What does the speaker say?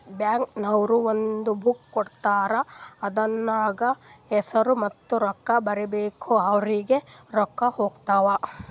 bank ನವ್ರು ಒಂದ್ book ಕೊಡ್ತಾರ್ ಅದೂರ್ನಗ್ ಹೆಸುರ ಮತ್ತ ರೊಕ್ಕಾ ಬರೀಬೇಕು ಅವ್ರಿಗೆ ರೊಕ್ಕಾ ಹೊತ್ತಾವ್